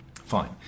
Fine